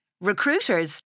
Recruiters